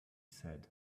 said